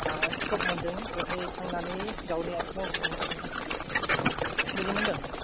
skip मोनदों बेहाय थांनानै गावनि आथिङाव गसंना थांना थादों बुजि मोनदों